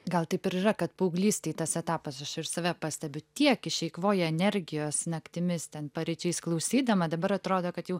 gal taip ir yra kad paauglystėj tas etapas aš ir save pastebiu tiek išeikvoja energijos naktimis ten paryčiais klausydama dabar atrodo kad jau